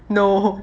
no